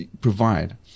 provide